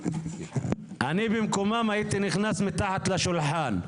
הייתי נכנס מתחת לשולחן.